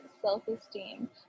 self-esteem